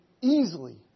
easily